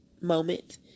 moment